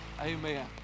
Amen